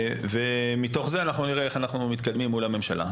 מתוך זה נראה איך אנחנו מתקדמים מול הממשלה.